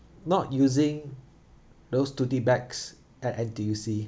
not using those tote bags at N_T_U_C